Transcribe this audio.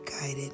guided